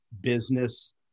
business